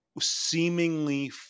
seemingly